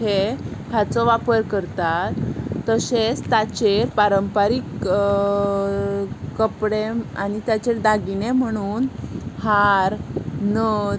हें हाचो वापर करतात तशेंच ताचेर पारंपारीक कपडे आनी ताचेर दागिने म्हणून हार नथ